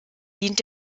dient